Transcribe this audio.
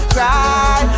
Cry